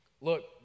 Look